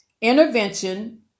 intervention